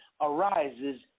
arises